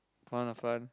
fun ah fun